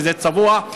שזה צבוע,